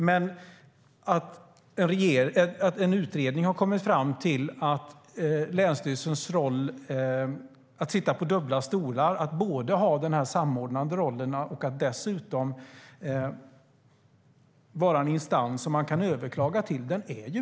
Men utredningen har kommit fram till att det är mycket problematiskt att länsstyrelserna sitter på dubbla stolar och dels har denna samordnande roll, dels är en instans som man kan överklaga till.